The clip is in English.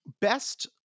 Best